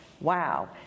Wow